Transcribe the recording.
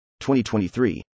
2023